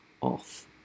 off